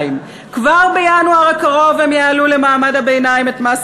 "כבר בינואר הקרוב הם יעלו למעמד הביניים את מס